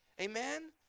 Amen